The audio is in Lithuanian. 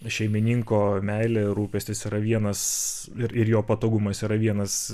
šeimininko meilė rūpestis yra vienas ir ir jo patogumas yra vienas